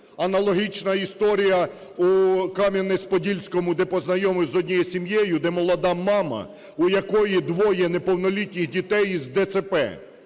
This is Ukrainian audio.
Аналогічна історія у Кам'янець-Подільському, де познайомився з однією сім'єю, де молода мама, у якої двоє неповнолітніх дітей із ДЦП,